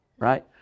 Right